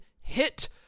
hit